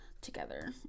together